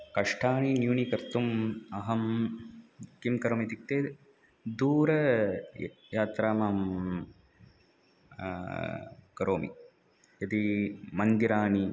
कष्टानि न्यूनीकर्तुम् अहं किं करोमि इत्युक्ते दूरं य यात्रां करोमि इति मन्दिराणि